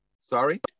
sorry